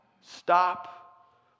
stop